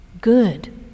good